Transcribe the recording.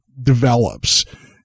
develops